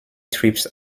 trips